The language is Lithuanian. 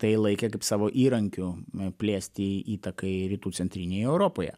tai laikė kaip savo įrankiu plėsti įtakai rytų centrinėje europoje